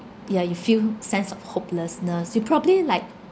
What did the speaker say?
ya you feel sense of hopelessness you probably like